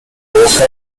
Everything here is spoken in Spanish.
boca